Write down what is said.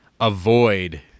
Avoid